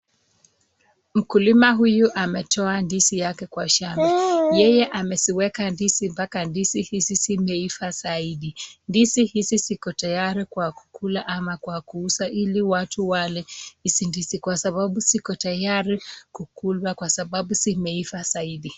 Mkulima huyu ametoa ndizi yake kwa shamba. Yeye ameziweka ndizi mpaka ndizi hizi zimeiva zaidi. Ndizi hizi ziko tayari kwa kula ama kwa kuuza ili watu wale hizi ndizi kwa sababu ziko tayari kukulwa kwa sababu zimeiva zaidi.